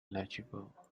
legible